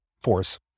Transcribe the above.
force